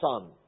Son